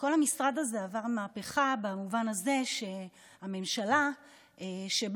וכל המשרד הזה עבר מהפכה במובן הזה שהממשלה שבה